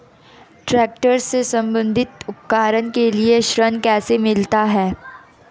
Tractor से संबंधित उपकरण के लिए ऋण कैसे मिलता है?